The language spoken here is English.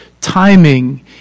timing